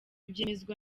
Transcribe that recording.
byemezwa